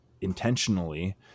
intentionally